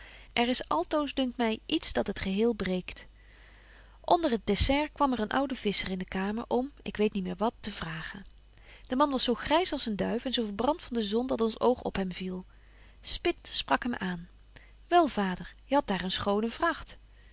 er is altoos dunkt my iets dat het geheel breekt onder het dessert kwam er een oude visscher in de kamer om ik weet niet meer wat te vragen de man was zo grys als een duif en zo verbrant van de zon dat ons oog op hem viel smit sprak hem aan wel vader je hadt daar een schone vragt